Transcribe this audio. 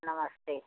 नमस्ते